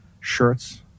shirts